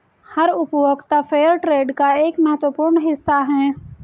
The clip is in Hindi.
हर उपभोक्ता फेयरट्रेड का एक महत्वपूर्ण हिस्सा हैं